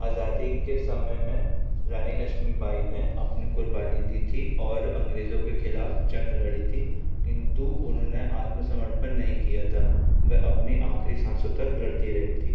आज़ादी के समय में रानी लक्ष्मीबाई ने अपनी कुर्बानी दी थी और अंग्रेज़ों के खिलाफ जंग लड़ी थी किंतु उन्होंने आत्मसमर्पण नहीं किया था वह अपनी आखिरी साँसों तक लड़ती रही थीं